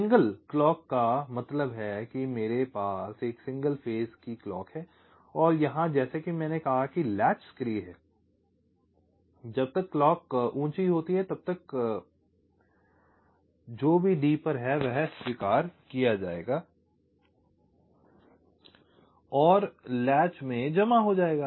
single clock का मतलब है कि मेरे पास एक सिंगल फेज की क्लॉक है और यहाँ जैसा कि मैंने कहा कि लैच सक्रिय है जब क्लॉक ऊँची होती है और जब तक क्लॉक ऊँची रहती है जो भी D पर है वह स्वीकार किया जाएगा और लैच में जमा हो जाएगा